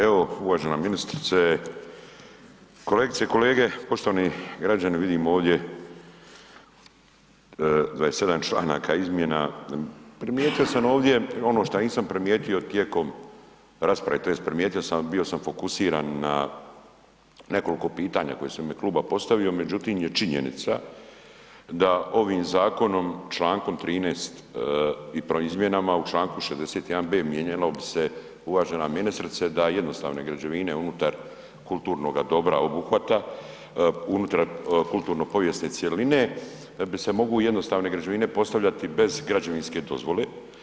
Evo uvažena ministrice, kolegice i kolege, poštovani građani vidim ovdje 27 članaka izmjena, primijetio sam ovdje ono šta nisam primijetio tijekom rasprave tj. primijetio sam ali bio sam fokusiran na nekoliko pitanja koje sam u ime kluba postavio, međutim je činjenica da ovim zakonom člankom 13. i …/nerazumljivo/… izmjenama u članku 61b. mijenjalo bi se uvažena ministrice da jednostavne građevine unutar kulturnoga dobra obuhvata, unutar kulturno povijesne cjeline, bi se mogu jednostavne građevine postavljati bez građevinske dozvole.